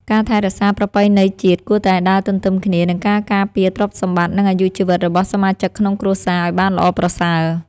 ការថែរក្សាប្រពៃណីជាតិគួរតែដើរទន្ទឹមគ្នានឹងការការពារទ្រព្យសម្បត្តិ និងអាយុជីវិតរបស់សមាជិកក្នុងគ្រួសារឱ្យបានល្អប្រសើរ។